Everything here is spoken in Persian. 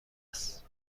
است